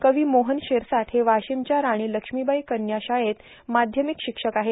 कवी मोहन शशरसाट हे वर्गाशमच्या राणी लक्ष्मीबाई कन्या शाळेत मार्ध्यामक शशक्षक आहेत